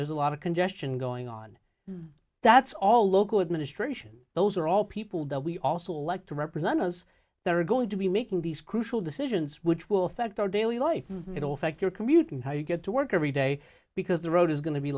there's a lot of congestion going on that's all local administration those are all people that we also elect to represent us that are going to be making these crucial decisions which will affect our daily life in all fact you're commuting how you get to work every day because the road is going to be